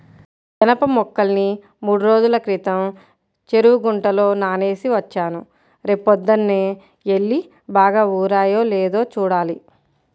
జనప మొక్కల్ని మూడ్రోజుల క్రితం చెరువు గుంటలో నానేసి వచ్చాను, రేపొద్దన్నే యెల్లి బాగా ఊరాయో లేదో చూడాలి